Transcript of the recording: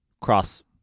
cross